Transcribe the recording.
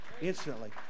instantly